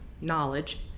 knowledge